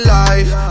life